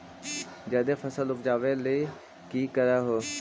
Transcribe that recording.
जादे फसल उपजाबे ले की कर हो?